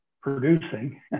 producing